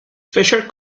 fisher